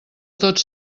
tots